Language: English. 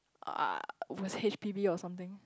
uh was H_P_B or something